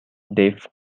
dave